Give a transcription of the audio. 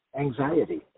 anxiety